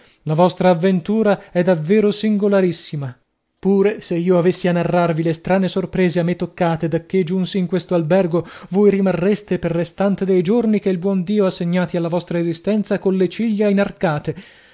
sottile la vostra avventura è davvero singolarissima pure se io avessi a narrarvi le strane sorprese a me toccate dacché giunsi in questo albergo voi rimarreste pel restante dei giorni che il buon dio ha segnati alla vostra esistenza colle ciglia inarcate